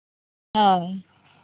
ᱦᱳᱭ